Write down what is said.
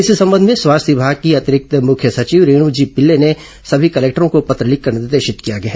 इस संबंध में स्वास्थ्य विभाग की अतिरिक्त मुख्य सचिव रेणु जी पिल्ले ने सभी कलेक्टरों को पत्र लिखकर निर्देशित किया है